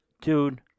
Dude